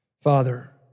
Father